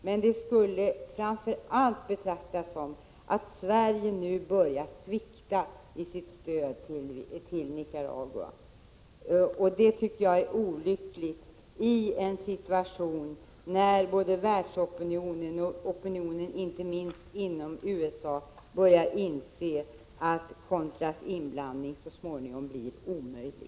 Men det skulle framför allt betraktas som att Sverige nu började svikta i sitt stöd till Nicaragua. Det tycker jag är olyckligt i en situation där både världsopinionen och inte minst opinionen inom USA börjar inse att contras inblandning så småningom blir omöjlig.